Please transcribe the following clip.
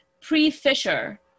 pre-Fisher